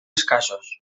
escassos